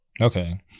Okay